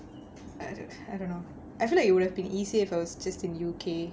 I don't know I feel like it would have been easier if I was just in U_K